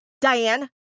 Diane